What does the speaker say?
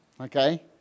okay